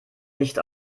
nicht